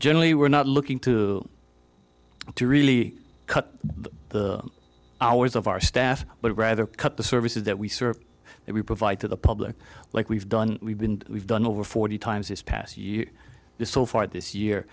generally we're not looking to to really cut the hours of our staff but rather cut the services that we serve that we provide to the public like we've done we've been we've done over forty times this past year so far this year